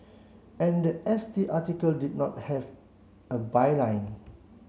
and the S T article did not have a byline